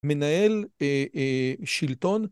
מנהל שלטון